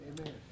Amen